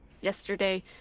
yesterday